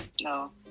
No